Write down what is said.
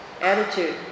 attitude